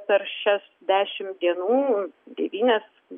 per šias dešim dienų